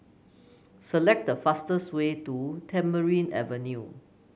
select the fastest way to Tamarind Avenue